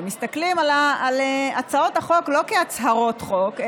שמסתכלים על הצעות החוק לא כהצהרות חוק,